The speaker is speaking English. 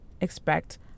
expect